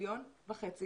מיליון וחצי